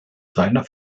seiner